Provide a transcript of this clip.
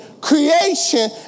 creation